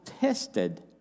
tested